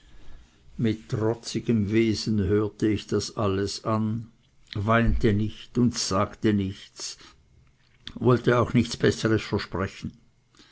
mit trotzigem wesen hörte ich das alles an weinte nicht und sagte nichts wollte auch nichts besseres versprechen